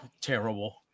terrible